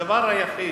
הדבר היחיד,